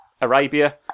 Arabia